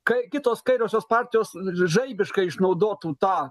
kai kitos kairiosios partijos žaibiškai išnaudotų tą